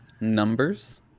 Numbers